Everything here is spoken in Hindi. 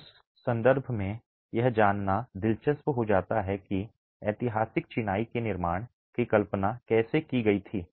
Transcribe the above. उस संदर्भ में यह जांचना दिलचस्प हो जाता है कि ऐतिहासिक चिनाई के निर्माण की कल्पना कैसे की गई थी